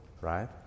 right